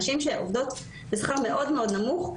נשים שעובדות בשכר מאוד-מאוד נמוך,